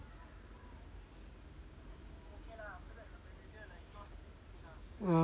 (uh huh)